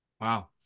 wow